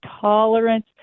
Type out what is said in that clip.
tolerance